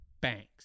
banks